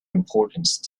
importance